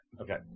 okay